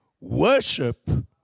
worship